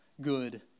good